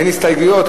אין הסתייגויות,